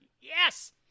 Yes